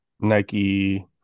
Nike